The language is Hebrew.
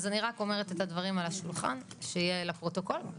אז אני שמה את הדברים על השולחן שיהיה לפרוטוקול.